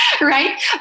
right